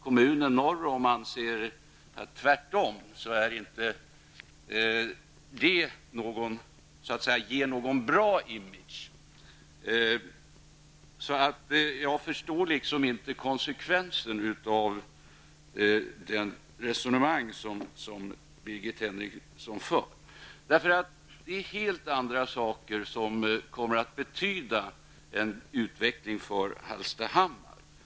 Kommunen norr om Hallstahammar anser tvärtom, så det ger inte någon bra image. Jag förstår inte det resonemang som Birgit Henriksson för. Det är helt andra saker som kommer att innebära en utveckling för Hallstahammar.